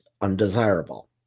undesirable